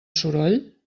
soroll